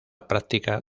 práctica